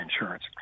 insurance